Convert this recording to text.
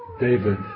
David